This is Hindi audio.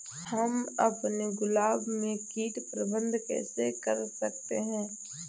हम अपने गुलाब में कीट प्रबंधन कैसे कर सकते है?